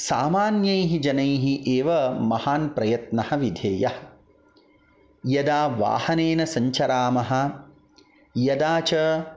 सामानैः जनैः एव महान् प्रयत्नः विधेयः यदा वाहनेन सञ्चरामः यदा च